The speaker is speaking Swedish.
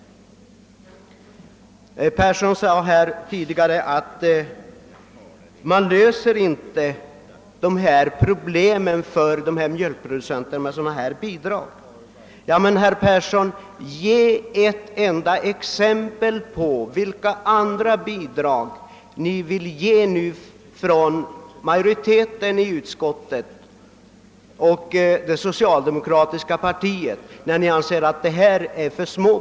Herr Persson i Skänninge sade i ett tidigare anförande att man inte löser mjölkproducenternas problem med ett sådant här bidrag. Men, herr Persson, ge då ett enda exempel på vilka andra bidrag utskottsmajoriteten och det socialdemokratiska partiet vill ge, när nu dessa bidrag anses vara för små!